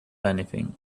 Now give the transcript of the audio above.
anything